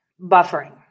buffering